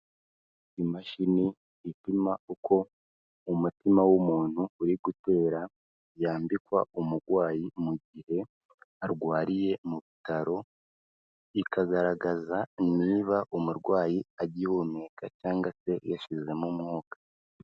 Imashini ipima uko umutima w'umuntu uri gutera, yambikwa umurwayi mu gihe arwariye mu bitaro, ikagaragaza niba umurwayi agihumeka cyangwa se yashizemo umwuka.